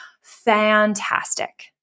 Fantastic